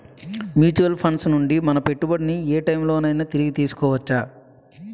Mutual funds నుండి మన పెట్టుబడిని ఏ టైం లోనైనా తిరిగి తీసుకోవచ్చా?